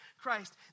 Christ